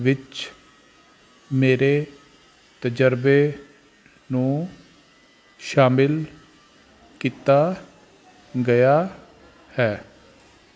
ਵਿੱਚ ਮੇਰੇ ਤਜਰਬੇ ਨੂੰ ਸ਼ਾਮਿਲ ਕੀਤਾ ਗਿਆ ਹੈ